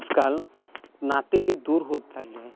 आजकाल नातेही दूर होत चालले आहे